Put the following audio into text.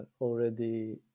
already